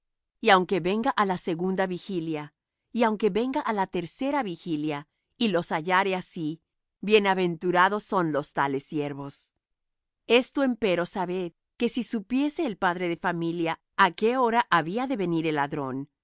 y aunque venga á la segunda vigilia y aunque venga á la tercera vigilia y los hallare así bienaventurados son los tales siervos esto empero sabed que si supiese el padre de familia á qué hora había de venir el ladrón